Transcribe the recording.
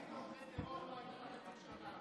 מה זה, שתי דקות?